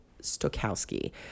stokowski